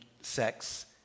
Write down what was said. sex